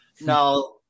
Now